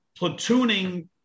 platooning